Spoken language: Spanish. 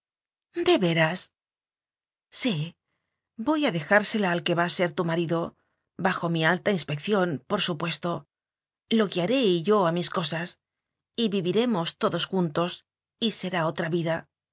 veras sí voy a dejársela al que va a ser tu marido bajo mi alta inspección por su puesto lo guiaré y yo a mis cosas y vivi remos todos juntos y será otra vida